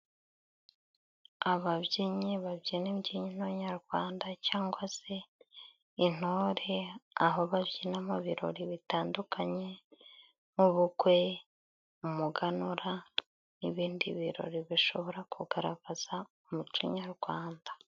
Ababyinnyi babyina imbyino nyarwanda cyangwa se intore aho babyina mu ibirori bitandukanye nk'ubukwe , umuganura n'ibindi birori bishobora kugaragaza umuco nyarwanda.